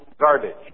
garbage